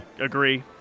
Agree